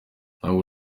ntabwo